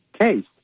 case